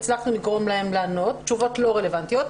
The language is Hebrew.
הצלחנו לגרום להם לענות תשובות לא רלוונטיות.